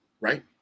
Right